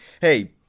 hey